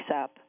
up